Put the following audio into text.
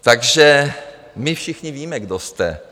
Takže my všichni víme, kdo jste.